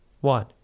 one